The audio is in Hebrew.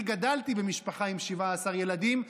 אני גדלתי במשפחה עם 17 ילדים,